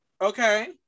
Okay